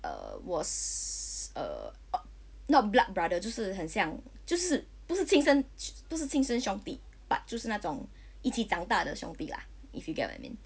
err was err uh not blood brothers 就是很像就是不是亲生不是亲生兄弟 but 就是那种一起长大的兄弟 lah if you get what I mean